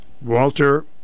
Walter